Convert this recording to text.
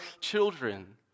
children